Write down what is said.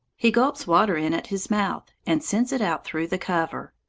he gulps water in at his mouth and sends it out through the cover.